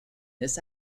this